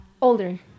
Older